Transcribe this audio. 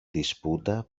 disputa